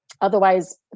otherwise